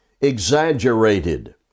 exaggerated